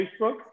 Facebook